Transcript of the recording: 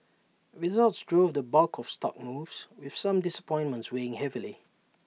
results drove the bulk of stock moves with some disappointments weighing heavily